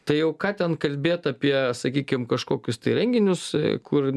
tai jau ką ten kalbėt apie sakykim kažkokius tai renginius kur